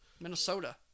Minnesota